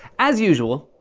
as usual,